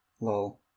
Lol